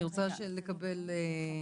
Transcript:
אני רוצה לקבל הסבר.